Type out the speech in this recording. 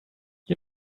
you